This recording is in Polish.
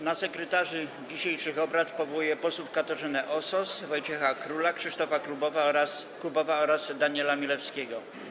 Na sekretarzy dzisiejszych obrad powołuję posłów Katarzynę Osos, Wojciecha Króla, Krzysztofa Kubowa oraz Daniela Milewskiego.